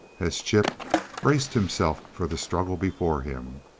as chip braced himself for the struggle before him.